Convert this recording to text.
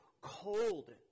cold